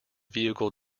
vehicle